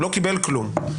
הוא לא קיבל כלום,